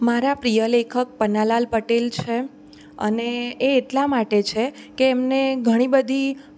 મારા પ્રિય લેખક પન્નાલાલ પટેલ છે અને એ એટલા માટે છે કે એમને ઘણી બધી